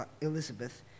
Elizabeth